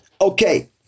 Okay